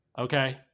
Okay